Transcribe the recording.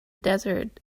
desert